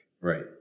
Right